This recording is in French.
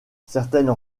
certaines